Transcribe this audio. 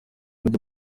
mujya